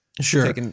Sure